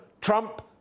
Trump